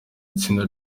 itsinda